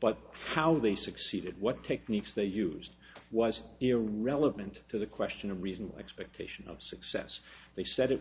but how they succeeded what techniques they used was irrelevant to the question of reasonable expectation of success they said it